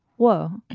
whoa.